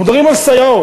אנחנו מדברים על סייעות,